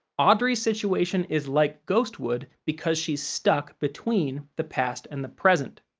audrey's situation is like ghostwood because she's stuck between the past and the present.